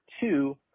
two